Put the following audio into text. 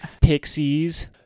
Pixies